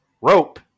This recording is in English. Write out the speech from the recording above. rope